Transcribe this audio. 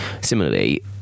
Similarly